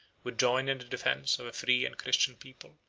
would join in the defence of a free and christian people,